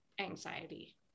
anxiety